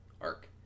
arc